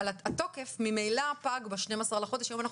התוקף ממילא פג ב-12 לחודש והיום אנחנו